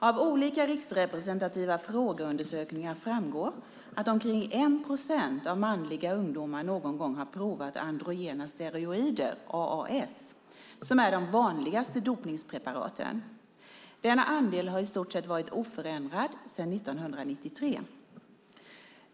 Av olika riksrepresentativa frågeundersökningar framgår att omkring 1 procent av manliga ungdomar någon gång har provat androgena steroider, AAS, som är de vanligaste dopningspreparaten. Denna andel har varit i stort sett oförändrad sedan 1993.